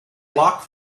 locked